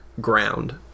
ground